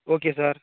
okay sir